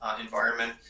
environment